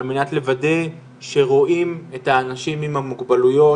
מנת לוודא שרואים את האנשים עם המוגבלויות,